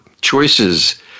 choices